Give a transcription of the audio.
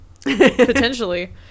Potentially